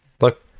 look